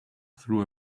through